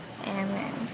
Amen